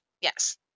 Yes